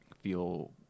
feel